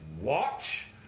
watch